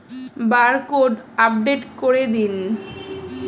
Barcode update করে দিন?